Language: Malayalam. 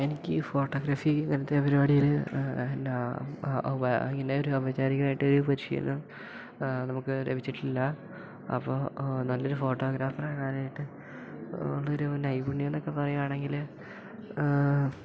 എനിക്ക് ഫോട്ടോഗ്രാഫി ഇങ്ങനെത്തെ പരിപാടിയിൽ എന്താ ഇങ്ങനെ ഒരു ഔപചാരികമായിട്ട് ഒരു പരിശീലനം നമുക്ക് ലഭിച്ചിട്ടില്ല അപ്പോൾ നല്ലൊരു ഫോട്ടോഗ്രാഫർ ആവാനായിട്ട് ഉള്ളൊരു നൈപുണ്യം എന്നൊക്കെ പറയുവാണെങ്കിൽ